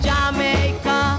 Jamaica